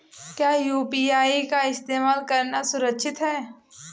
क्या यू.पी.आई का इस्तेमाल करना सुरक्षित है?